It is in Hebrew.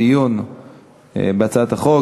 דיון בהצעת החוק.